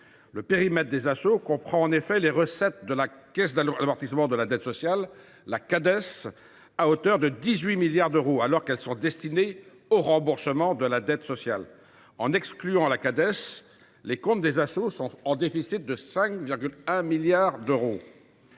Le périmètre des Asso comprend en effet les recettes de la Cades à hauteur de 18 milliards d’euros, alors qu’elles sont destinées au remboursement de la dette sociale. En excluant la Cades, les comptes des Asso sont en déficit de 5,1 milliards d’euros.